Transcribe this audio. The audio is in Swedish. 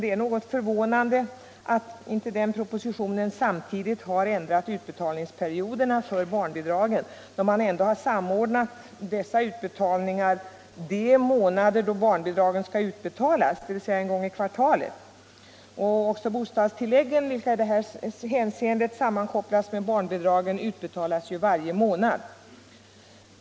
Det är något förvånande att inte den propositionen samtidigt ändrat utbetalningsperioderna för barnbidragen, då man ändå samordnat utbetalningarna de månader som barnbidragen skall betalas, dvs. en gång i kvartalet. Också bostadstilläggen, som i detta hänseende sammankopplas med barnbidragen, utbetalas varje månad.